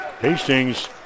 Hastings